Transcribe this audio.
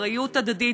אחריות הדדית,